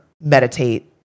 meditate